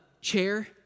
chair